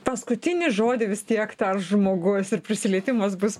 paskutinį žodį vis tiek tars žmogus ir prisilietimas bus